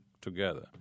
together